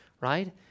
right